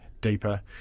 deeper